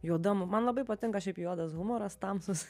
juodam man labai patinka šiaip juodas humoras tamsus